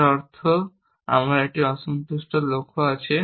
যার অর্থ আমার একটি অসন্তুষ্ট লক্ষ্য আছে